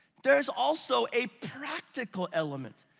there is also a practical element.